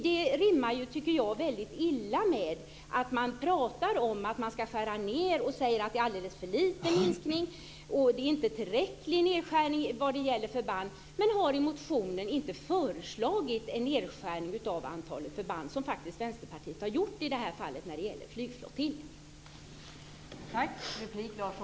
Det rimmar illa, tycker jag, med att man pratar om att man ska skära ned, att man säger att det är för lite minskning, att det inte är en tillräcklig nedskärning vad gäller förband och att man i motionen inte har föreslagit en nedskärning av antalet förband. Det har faktiskt Vänsterpartiet gjort i det här fallet när det gäller flygflottiljer.